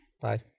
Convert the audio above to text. Bye